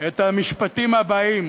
את המשפטים הבאים: